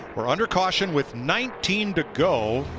are under caution with nineteen to go,